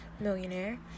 millionaire